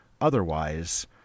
otherwise